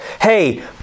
Hey